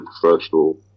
professional